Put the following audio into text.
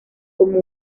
como